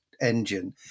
engine